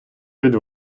від